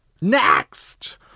Next